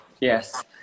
Yes